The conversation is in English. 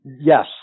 yes